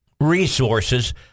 resources